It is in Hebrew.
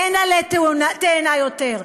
אין עלה תאנה יותר,